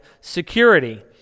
security